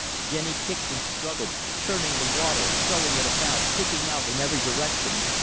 jenny kicked and struggled, churning the water, throwing it about, kicking out in every direction.